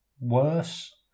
worse